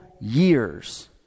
years